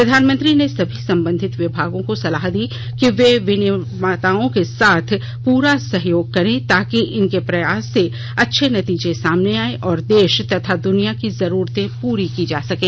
प्रधानमंत्री ने सभी संबंधित विभागों को सलाह दी कि वे विनिर्माताओं के साथ पूरा सहयोग करें ताकि इनके प्रयासों के अच्छे नतीजे सामने आए और देश तथा दुनिया की जरूरते पूरी की जा सकें